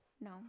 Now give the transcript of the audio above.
No